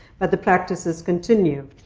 but the practices continue.